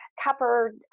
copper